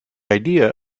idea